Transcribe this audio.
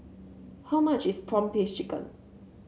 how much is prawn paste chicken